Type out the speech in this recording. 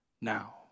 Now